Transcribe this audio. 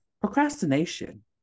procrastination